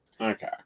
Okay